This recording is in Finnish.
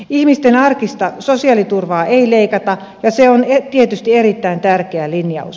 ihmisten arkista sosiaaliturvaa ei leikata ja se on tietysti erittäin tärkeä linjaus